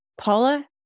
Paula